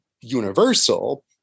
universal